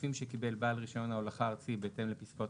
"כספים שקיבל בעל רישיון ההולכה הארצי בהתאם לפסקאות